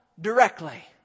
directly